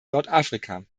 nordafrika